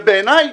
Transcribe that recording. ובעיניי,